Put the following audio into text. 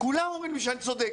כולם אומרים שאני צודק